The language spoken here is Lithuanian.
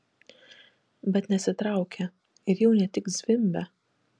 bet nesitraukia ir jau ne tik zvimbia